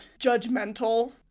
judgmental